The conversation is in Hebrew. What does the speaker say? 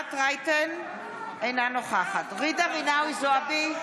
אינה נוכחת ג'ידא רינאוי זועבי,